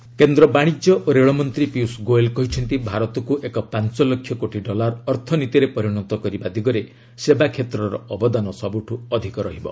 Piyush service କେନ୍ଦ୍ର ବାଣିଜ୍ୟ ଓ ରେଳମନ୍ତ୍ରୀ ପୀୟଷ ଗୋୟଲ୍ କହିଛନ୍ତି ଭାରତକ୍ ଏକ ପାଞ୍ଚ ଲକ୍ଷ କୋଟି ଡଲାର ଅର୍ଥନୀତିରେ ପରିଣତ କରିବା ଦିଗରେ ସେବା କ୍ଷେତ୍ରର ଅବଦାନ ସବୁଠୁ ଅଧିକ ରହିବ